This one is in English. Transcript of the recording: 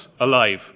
alive